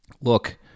look